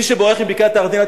מי שבורח מבקעת-הירדן,